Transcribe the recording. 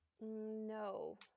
No